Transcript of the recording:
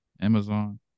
Amazon